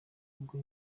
ubwo